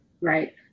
right